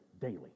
daily